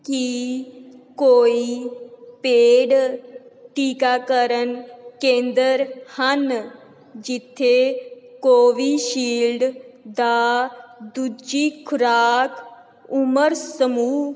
ਕੀ ਕੋਈ ਪੇਡ ਟੀਕਾਕਰਨ ਕੇਂਦਰ ਹਨ ਜਿੱਥੇ ਕੋਵੀਸ਼ੀਲਡ ਦਾ ਦੂਜੀ ਖੁਰਾਕ ਉਮਰ ਸਮੂਹ